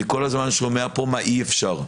אני כל הזמן שומע פה מה אי אפשר.